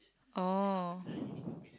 oh